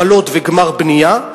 בהתחלות ובגמר בנייה,